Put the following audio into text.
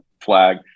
flag